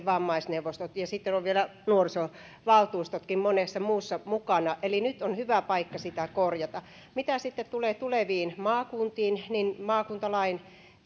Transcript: vammaisneuvostot ja sitten ovat vielä nuorisovaltuustotkin monessa muussa mukana eli nyt on hyvä paikka sitä korjata mitä sitten tulee tuleviin maakuntiin niin maakuntalain